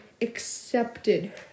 accepted